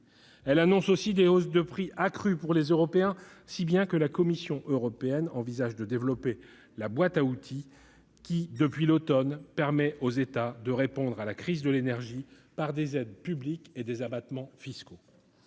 Elle annonce des hausses de prix accrues pour les Européens, si bien que la Commission européenne envisage de développer la « boîte à outils » qui, depuis l'automne dernier, permet aux États de répondre à la crise de l'énergie par des aides publiques et des abattements fiscaux.